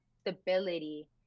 stability